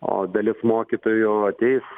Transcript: o dalis mokytojų ateis